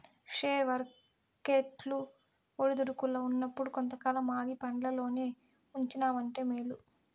share వర్కెట్లు ఒడిదుడుకుల్ల ఉన్నప్పుడు కొంతకాలం ఆగి పండ్లల్లోనే ఉంచినావంటే మేలు